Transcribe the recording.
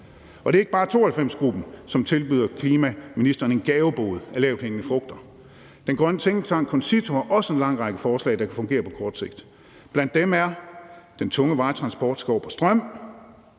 Og det er ikke bare 92-Gruppen, som tilbyder klimaministeren en gavebod af lavthængende frugter. Den grønne tænketank CONCITO har også en lang række forslag, der kan fungere på kort sigt. Blandt dem er: Den tunge vejtransport skal over